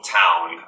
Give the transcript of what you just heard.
town